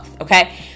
okay